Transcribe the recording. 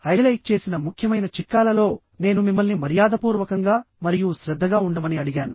highlight చేసిన ముఖ్యమైన చిట్కాలలో నేను మిమ్మల్ని మర్యాదపూర్వకంగా మరియు శ్రద్ధగా ఉండమని అడిగాను